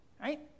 right